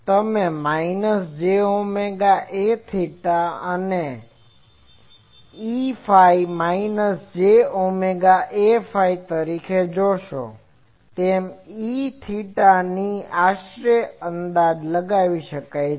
તમે minus j omega Aθ અને Eφ minus j omega Aφ એ તરીકે જોશો તેમ Eθ ની આશરે અંદાજ લગાવી શકાય છે